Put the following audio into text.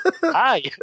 hi